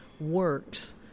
works